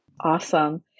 Awesome